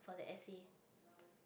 for the essay